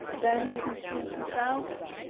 then you can see in two thousand,